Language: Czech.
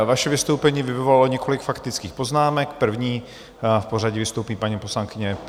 Vaše vystoupení vyvolalo několik faktických poznámek, první v pořadí vystoupí paní poslankyně Peštová.